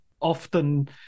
often